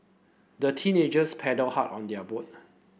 the teenagers paddled hard on their boat